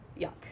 yuck